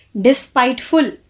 despiteful